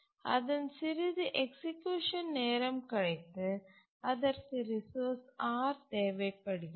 அதன் சிறிது எக்சிக்யூஷன் நேரம் கழித்து அதற்கு ரிசோர்ஸ் R தேவைப்படுகிறது